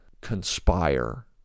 conspire